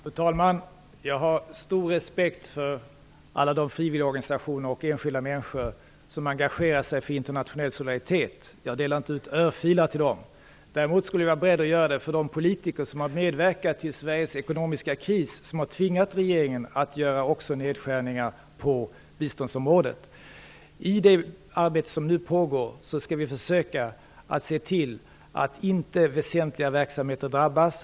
Fru talman! Jag har stor respekt för alla de frivilliga organisationer och enskilda människor som engagerar sig för internationell solidaritet. Jag delar inte ut örfilar till dem. Däremot skulle jag vara beredd att göra det till de politiker som har medverkat till Sveriges ekonomiska kris, som har tvingat regeringen att göra nedskärningar också på biståndsområdet. I det arbete som nu pågår skall vi försöka se till att väsentliga verksamheter inte drabbas.